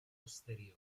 posteriore